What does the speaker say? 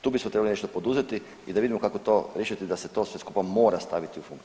Tu bismo trebali nešto poduzeti i da vidimo kako to riješiti da se to sve skupa mora staviti u funkciju.